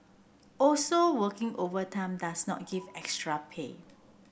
also working overtime does not give extra pay